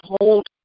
hold